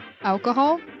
alcohol